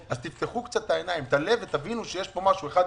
תפקחו את העיניים ואת הלב ותבינו מה קרה.